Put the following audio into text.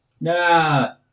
Nah